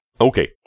Okay